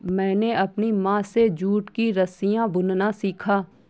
मैंने अपनी माँ से जूट की रस्सियाँ बुनना सीखा